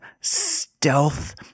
stealth